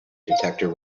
detector